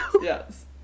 Yes